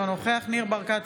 אינו נוכח ניר ברקת,